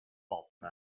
pop